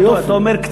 אתה אומר: קצת, יופי.